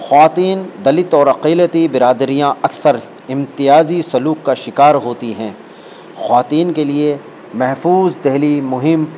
خواتین دلت اور اقلیتی برادریاں اکثر امتیازی سلوک کا شکار ہوتی ہیں خواتین کے لیے محفوظ دہلی مہم